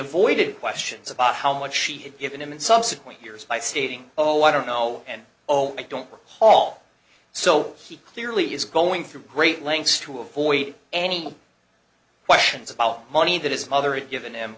avoided questions about how much she had given him in subsequent years by stating oh i don't know and oh i don't recall so he clearly is going through great lengths to avoid any questions about money that is mother had given him